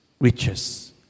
riches